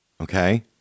Okay